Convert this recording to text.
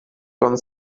con